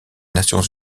nations